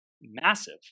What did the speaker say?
massive